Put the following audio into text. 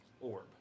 orb